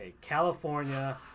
California